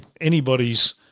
anybody's